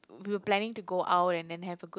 we were planning to go out and then have a good